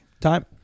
Time